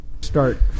Start